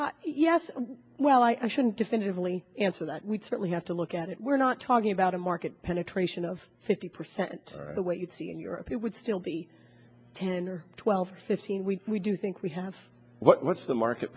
yes well i shouldn't definitively answer that we certainly have to look at it we're not talking about a market penetration of fifty percent but what you see in europe it would still be ten or twelve or fifteen we do think we have what's the market